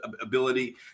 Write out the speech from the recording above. ability